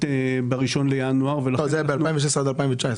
לגבי הנופשונים.